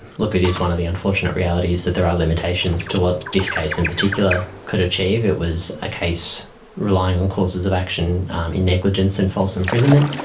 look, it is one of the unfortunate realities that there are limitations to what this case in particular could achieve. it was a case relying on courses of action in negligence and false imprisonment.